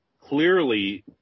clearly